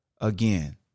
again